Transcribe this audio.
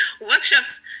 workshops